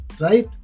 right